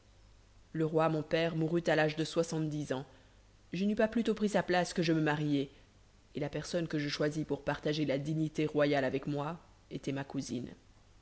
le roi mon père mourut à l'âge de soixante-dix ans je n'eus pas plus tôt pris sa place que je me mariai et la personne que je choisis pour partager la dignité royale avec moi était ma cousine